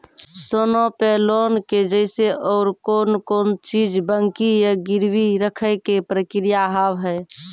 सोना पे लोन के जैसे और कौन कौन चीज बंकी या गिरवी रखे के प्रक्रिया हाव हाय?